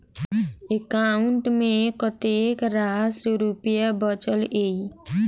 account मे कतेक रास रुपया बचल एई